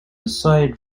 aside